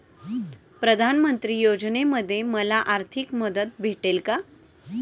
प्रधानमंत्री योजनेमध्ये मला आर्थिक मदत भेटेल का?